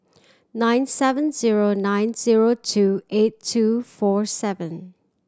nine seven zero nine zero two eight two four seven